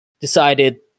decided